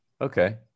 Okay